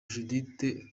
judithe